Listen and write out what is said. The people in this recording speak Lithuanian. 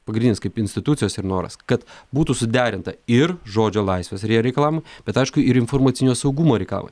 pagrindinis kaip institucijos ir noras kad būtų suderinta ir žodžio laisvės ir jie reikalavimai bet aišku ir informacinio saugumo reikalavimai